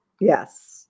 yes